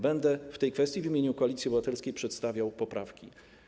Będę w tej kwestii w imieniu Koalicji Obywatelskiej przedstawiał poprawki.